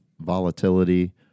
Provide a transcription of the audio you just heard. volatility